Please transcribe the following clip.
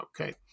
Okay